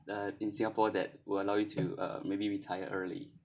uh in singapore that will allow you to uh maybe retire early